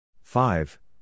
five